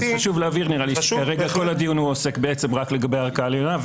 חשוב להבהיר שכרגע כל הדיון עוסק רק לגבי הערכאה העליונה.